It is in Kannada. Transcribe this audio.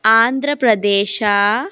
ಆಂಧ್ರ ಪ್ರದೇಶ